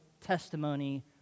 testimony